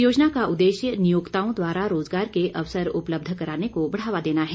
इस योजना का उद्देश्य नियोक्ताओं द्वारा रोजगार के अवसर उपलब्ध कराने को बढ़ावा देना है